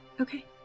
okay